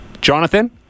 jonathan